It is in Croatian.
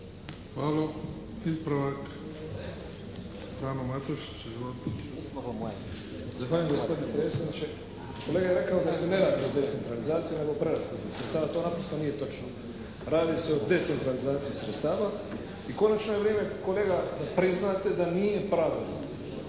**Matušić, Frano (HDZ)** Zahvaljujem gospodine predsjedniče. Kolega je rekao da se ne radi o decentralizaciji nego o preraspodjeli sredstava. To naprosto nije točno. Radi se o decentralizaciji sredstava i konačno je vrijeme kolega da priznate da nije pravedeno